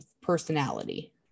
personality